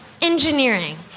Engineering